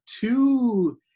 two